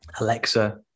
Alexa